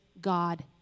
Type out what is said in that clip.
God